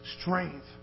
Strength